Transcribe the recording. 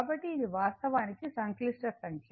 కాబట్టి ఇది వాస్తవానికి సంక్లిష్ట సంఖ్య